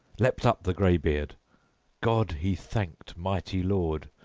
leaped up the graybeard god he thanked, mighty lord,